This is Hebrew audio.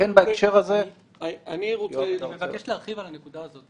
אני מאחל לך בשמי,